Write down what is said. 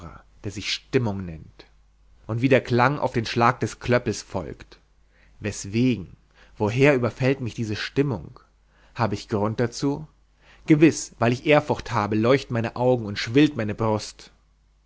der sich stimmung nennt und wie der klang auf den schlag des klöppels folgt weswegen woher überfällt mich diese stimmung habe ich grund dazu gewiß weil ich ehrfurcht habe leuchten meine augen und schwillt meine brust